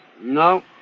No